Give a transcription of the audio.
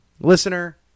listener